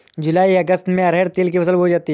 जूलाई अगस्त में अरहर तिल की फसल बोई जाती हैं